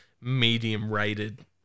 medium-rated